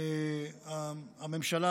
הממשלה,